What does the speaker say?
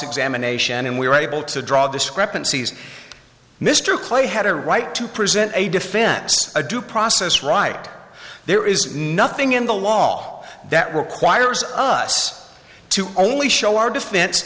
examination and we were able to draw discrepancies mr clay had a right to present a defense a due process right there is nothing in the law that requires us to only show our defense